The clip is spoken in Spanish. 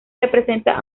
representa